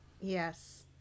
yes